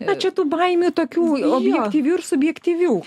na čia tų baimių tokių objektyvių ir subjektyvių